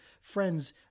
friends